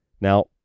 Now